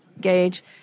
gauge